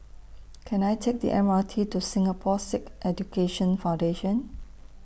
Can I Take The M R T to Singapore Sikh Education Foundation